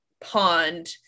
pond